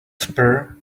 spur